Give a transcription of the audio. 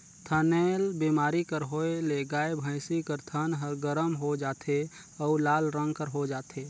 थनैल बेमारी कर होए ले गाय, भइसी कर थन ह गरम हो जाथे अउ लाल रंग कर हो जाथे